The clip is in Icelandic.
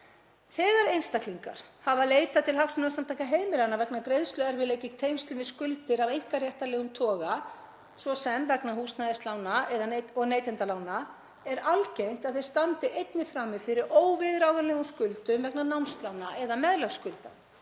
Þegar einstaklingar hafa leitað til Hagsmunasamtaka heimilanna vegna greiðsluerfiðleika í tengslum við skuldir af einkaréttarlegum toga, svo sem vegna húsnæðislána og neytendalána, er algengt að þeir standi einnig frammi fyrir óviðráðanlegum skuldum vegna námslána eða meðlagsskulda,